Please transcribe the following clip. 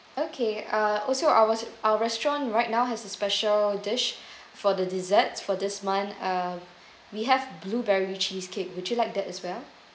okay uh also ours our restaurant right now has a special dish for the desserts for this month uh we have blueberry cheesecake would you like that as well